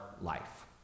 life